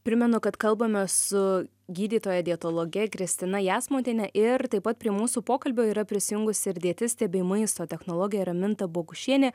primenu kad kalbame su gydytoja dietologe kristina jasmontiene ir taip pat prie mūsų pokalbio yra prisijungusi ir dietistė bei maisto technologė raminta bogušienė